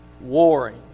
warring